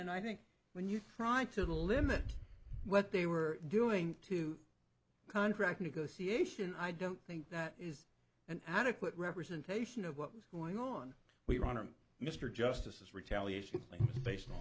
and i think when you try to limit what they were doing to contract negotiation i don't think that is an adequate representation of what was going on we were on him mr justice retaliation claims based on